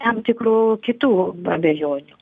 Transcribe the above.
tam tikrų kitų abejonių